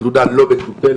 התלונה לא מטופלת,